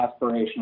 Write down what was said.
aspirational